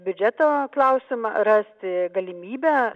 biudžeto klausimą rasti galimybę